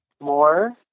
more